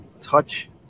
touch